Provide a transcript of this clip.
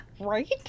Right